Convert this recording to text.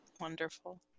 Wonderful